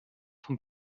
vom